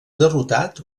derrotat